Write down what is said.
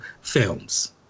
films